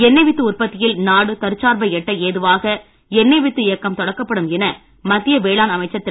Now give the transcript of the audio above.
எண்ணெய் வித்து உற்பத்தியில் நாடு தற்சார்பை எட்ட ஏதுவாக எண்ணெய் வித்து இயக்கம் தொடக்கப்படும் என மத்திய வேளாண் அமைச்சர் திரு